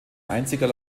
einziger